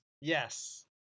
Yes